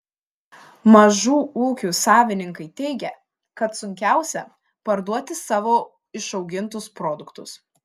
mažų ūkių savininkai teigia kad sunkiausia parduoti savo išaugintus produktus